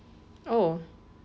oh